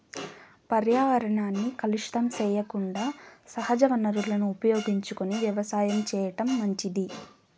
పర్యావరణాన్ని కలుషితం సెయ్యకుండా సహజ వనరులను ఉపయోగించుకొని వ్యవసాయం చేయటం మంచిది